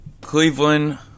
Cleveland